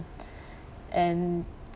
and